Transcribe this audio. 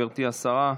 כבר נגמר?